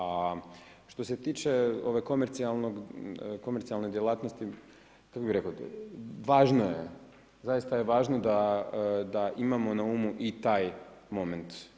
A što se tiče ove komercijalne djelatnosti, kako bih rekao, važno je, zaista je važno da imamo na umu i taj moment.